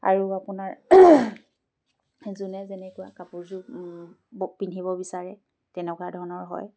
আৰু আপোনাৰ যোনে যেনেকুৱা কাপোৰযোৰ পিন্ধিব বিচাৰে তেনেকুৱা ধৰণৰ হয়